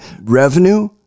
revenue